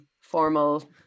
formal